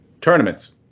tournaments